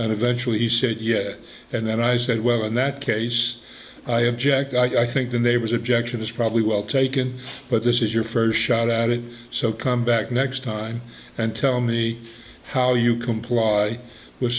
and eventually he said yes and then i said well in that case i object i think the neighbors objection is probably well taken but this is your first shot at it so come back next time and tell me how you comply with